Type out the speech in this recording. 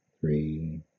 Three